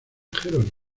jerónimo